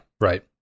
right